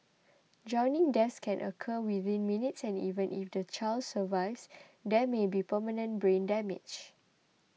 drowning deaths can occur within minutes and even if the child survives there may be permanent brain damage